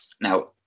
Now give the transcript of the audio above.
now